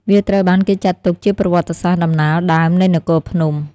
វាត្រូវបានគេចាត់ទុកជាប្រវត្តិសាស្រ្តដំណាលដើមនៃនគរខ្មែរ។